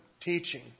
teaching